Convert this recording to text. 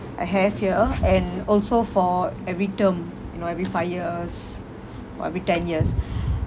I have here and also for every term you know every five years or every ten years